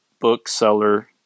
bookseller